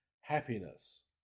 happiness